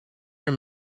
your